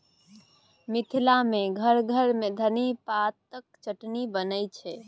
मिथिला मे घर घर मे धनी पातक चटनी बनै छै